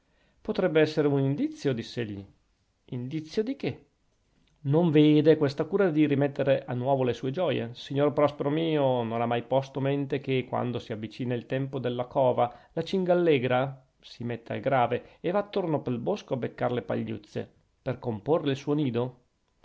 rasserenò potrebb'essere un indizio diss'egli indizio di che non vede questa cura di rimettere a nuovo le sue gioie signor prospero mio non ha mai posto mente che quando si avvicina il tempo della cova la cingallegra si mette al grave e va attorno pel bosco a beccar le pagliuzze per comporre il suo nido